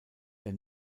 der